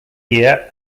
year